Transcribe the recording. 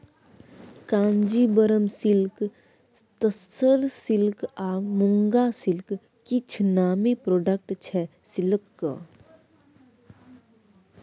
Kanjeevaram silk, tussar silk आ muga silk किछ नामी प्रोडक्ट छै सिल्कक